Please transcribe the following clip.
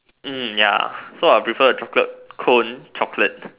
um ya so I'll prefer the chocolate cone chocolate